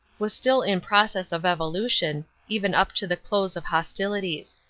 was still in process of evolution even up to the close of hostilities.